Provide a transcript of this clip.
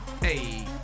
Hey